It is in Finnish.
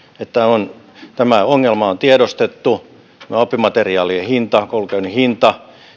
että tämä ongelma on tiedostettu oppimateriaalien hinta koulunkäynnin hinta